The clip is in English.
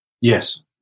Yes